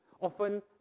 often